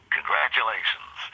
Congratulations